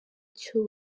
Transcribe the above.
cy’u